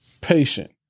patient